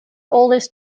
oldest